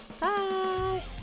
Bye